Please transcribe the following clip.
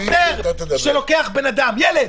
שוטר שלוקח בן אדם, ילד,